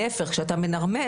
להיפך כשאתה מנרמל,